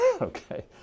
Okay